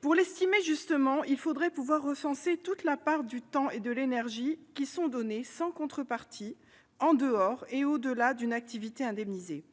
Pour l'estimer justement, il faudrait pouvoir recenser toute la part du temps et de l'énergie qui sont donnés sans contrepartie, en dehors et au-delà d'une activité indemnisée.